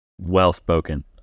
Well-spoken